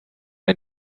ein